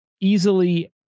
easily